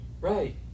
Right